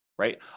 right